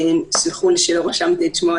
תסלחו לי שלא רשמתי את שמו,